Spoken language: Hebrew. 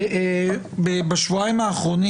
בשבועיים האחרונים,